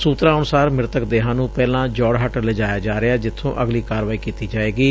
ਸੁਤਰਾਂ ਅਨੁਸਾਰ ਮਿ੍ਤਕ ਦੇਹਾਂ ਨੂੰ ਪਹਿਲਾਂ ਜੋੜਹੱਟ ਲਿਜਾਇਆ ਜਾ ਰਿਹੈ ਜਿੱਥੋਂ ਅਗਲੀ ਕਾਰਵਾਈ ਕੀਤੀ ਜਾਏਗੀ